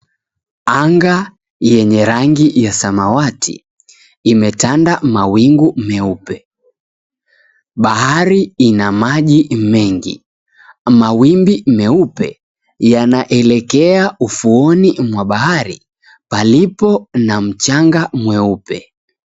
Anga yenye rangi ya samawati imetanda mawingu meupe. Bahari ina maji mengi. Mawimbi meupe yanaelekea ufuoni mwa bahari palipo na mchanga mweupe.